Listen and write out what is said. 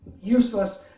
useless